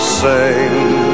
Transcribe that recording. sing